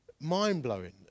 mind-blowing